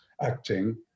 acting